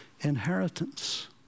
inheritance